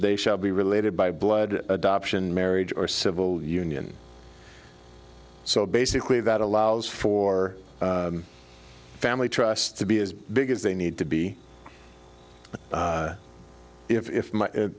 they shall be related by blood adoption marriage or civil union so basically that allows for family trusts to be as big as they need to be but if